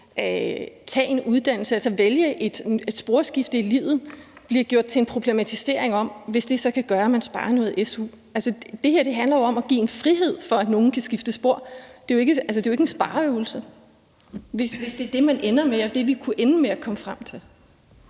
tage en uddannelse, altså vælge et sporskifte i livet, bliver gjort til en problematisering af, om det så kan gøre, at man sparer noget su. Altså, det her handler jo om at give en frihed til, at nogle kan skifte spor, og det er jo ikke en spareøvelse, hvis det er det, vi kunne ende med at komme frem til.